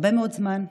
הרבה מאוד זמן,